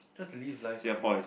just live life the way you want